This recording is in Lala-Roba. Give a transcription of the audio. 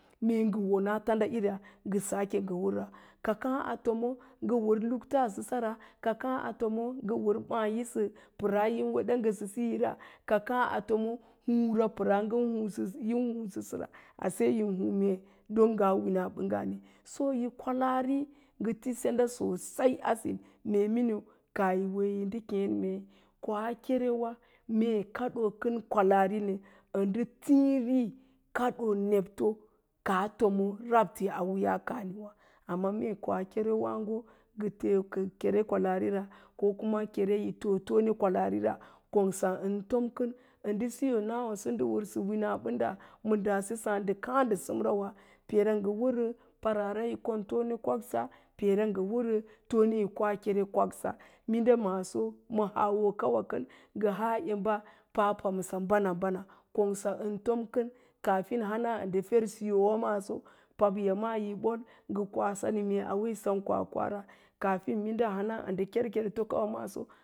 Mee ngə won a tanda irs ngə káá ngə wərra, ka káá a tomo ngə wər lukta səsara, ka káá a tomo ngə wər lukta səsara, ka káá a tomo ngə wər báá yisə páára yin wede ngəsəsəra, ka káá a tomo húúra pəraa ngən húúsə, yin húúsə səra ashe yin h`úu me don ngaa winaa ɓanggani, yi kwalaari ngə ti senda sosai a sin, mee miniu kaah yi wee yi ndə kéén mu koa kerewa mee kaɗoo kən kwalari nə, ə ndə tiiri kaɗoo nebto kaa tomo rabte a wiiyaa kaahni wá, amma mee koa kerewáágo ngə ker kere kwalaarira, ko kuma kere yi too tone kwalaarira kongsa yin tom kən ə ndə siyo nasowaso ndə wərsə wina ɓədə ma daase sáád ndə káá ndə səmra wa, peera ngə wərən paraara yi kori tona kwaksa peera ngə wərən tone yi koa kere kwaksa maaso ma haawo kawa kən ngə hoo tone yi emba paapamsa bana-bana kongsa ən tom kən, kaafin hana ndə fer siyawa maaso, papyamaa yi bol ngə koa sanii mee auya maa yi sem kwakwara, kaafin hana ə ndə kerkerto kaws maaso